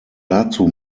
dazu